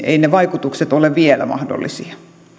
eivät ne vaikutukset ole vielä mahdollisia